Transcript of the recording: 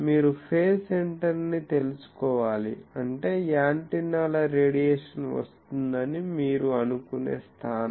మీరు phase centre ని తెలుసుకోవాలి అంటే యాంటెన్నాల రేడియేషన్ వస్తోందని మీరు అనుకునే స్థానం